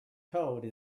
code